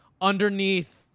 Underneath